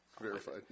Verified